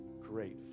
great